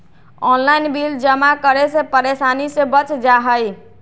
Online bill जमा करे से परेशानी से बच जाहई?